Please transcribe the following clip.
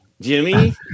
Jimmy